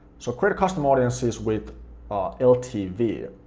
so create a custom audiences with ltv,